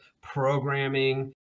programming